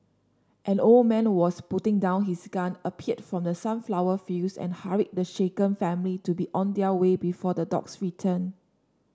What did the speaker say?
an old man was putting down his gun appeared from the sunflower fields and hurried the shaken family to be on their way before the dogs return